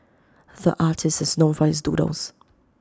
the artist is known for his doodles